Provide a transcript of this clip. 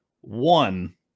one